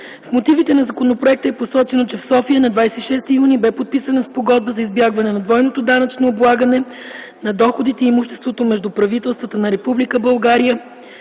В мотивите на законопроекта е посочено, че в София на 26 юни 2009 г. бе подписана Спогодба за избягване на двойното данъчно облагане на доходите и имуществото между правителствата на